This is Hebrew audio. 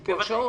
שעות.